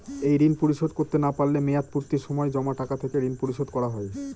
এই ঋণ পরিশোধ করতে না পারলে মেয়াদপূর্তির সময় জমা টাকা থেকে ঋণ পরিশোধ করা হয়?